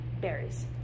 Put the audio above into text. berries